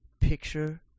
Picture